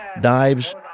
dives